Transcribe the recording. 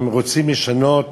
הם רוצים לשנות